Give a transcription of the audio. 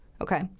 Okay